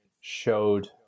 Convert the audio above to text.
showed